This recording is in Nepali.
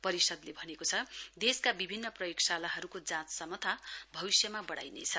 परिषद्ले भनेको छ देशका विभिन्न प्रयोगशालाहरूको जाँच क्षमता भविष्यमा बढाइनेछ